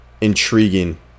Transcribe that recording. intriguing